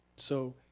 so,